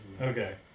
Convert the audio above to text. Okay